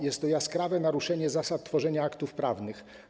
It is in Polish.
Jest to jaskrawe naruszenie zasad tworzenia aktów prawnych.